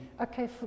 Okay